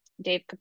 Dave